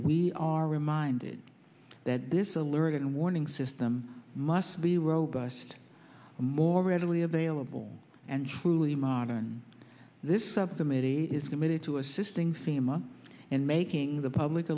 we are reminded that this alert and warning system must be robust more readily available and truly modern this subcommittee is committed to assisting family and making the public